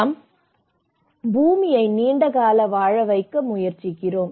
நம் பூமியை நீண்ட காலம் வாழ வைக்க முயற்சிக்கிறோம்